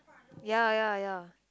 ya ya ya